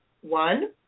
One